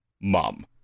mom